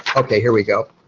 okay, here we go.